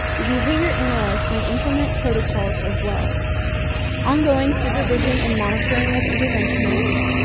the behavior analysts may implement protocols as well ongoing supervision and monitoring of interventionists,